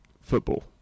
football